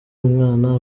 umwana